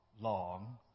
long